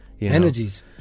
Energies